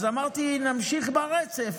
אז אמרתי שנמשיך ברצף: